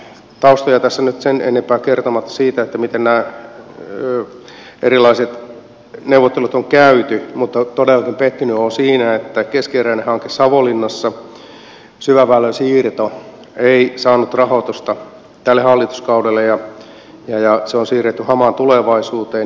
taustoja tässä nyt sen enempää kertomatta siitä miten nämä erilaiset neuvottelut on käyty olen todellakin pettynyt siihen että keskeneräinen hanke savonlinnassa syväväylän siirto ei saanut rahoitusta tälle hallituskaudelle ja se on siirretty hamaan tulevaisuuteen